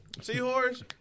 Seahorse